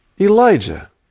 Elijah